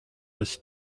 was